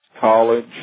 College